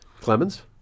Clemens